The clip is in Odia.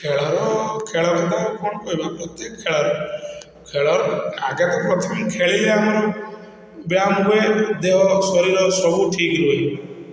ଖେଳର ଖେଳର ତ ଆଉ କ'ଣ କହିବି ଖେଳର ଖେଳର ଆଗେ ତ ପ୍ରଥମେ ଖେଳି ଆମର ବ୍ୟାୟାମ ହୁଏ ଦେହ ଶରୀର ସବୁ ଠିକ୍ ରୁହେ